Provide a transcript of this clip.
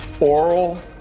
oral